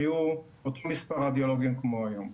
היה אותו מספר רדיולוגים כמו היום.